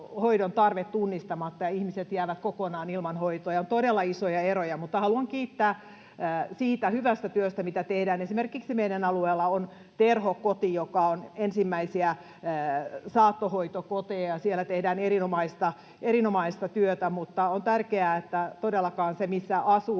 hoidon tarve tunnistamatta ja ihmiset jäävät kokonaan ilman hoitoa ja on todella isoja eroja. Haluan kuitenkin kiittää siitä hyvästä työstä, mitä tehdään. Esimerkiksi meidän alueellamme on Terhokoti, joka on ensimmäisiä saattohoitokoteja, ja siellä tehdään erinomaista työtä. Mutta on tärkeää, että todellakaan siitä, missä asuu,